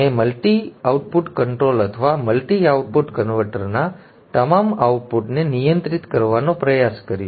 મેં multi output control અથવા multi output કન્વર્ટરના તમામ આઉટપુટને નિયંત્રિત કરવાનો પ્રયાસ કર્યો